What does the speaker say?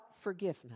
forgiveness